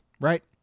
right